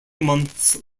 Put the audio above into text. months